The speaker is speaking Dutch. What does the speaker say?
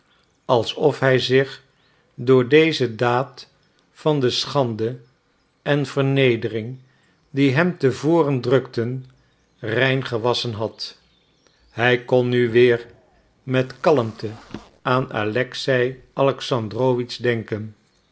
alsof hij zich door deze daad van de schande en vernedering die hem te voren drukten rein gewasschen had hij kon nu weer met kalmte aan alexei alexandrowitsch denken